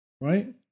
right